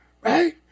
right